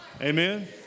Amen